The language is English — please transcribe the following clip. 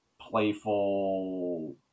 playful